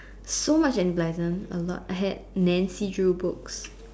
so much Enid-Blyton a lot I had Nancy-Drew books